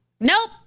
nope